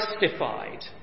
justified